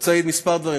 רוצה להגיד כמה דברים.